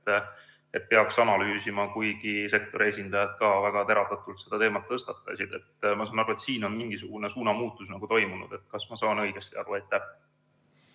et peaks analüüsima, kuigi sektori esindajad väga teravdatult selle teemat tõstatasid. Ma saan aru, et siin on nagu mingisugune suunamuutus toimunud. Kas ma saan õigesti aru? Aitäh!